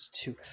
Two